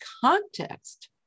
context